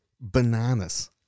bananas